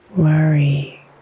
worry